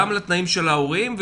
וגם לתנאים של ההורים,